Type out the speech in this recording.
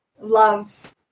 Love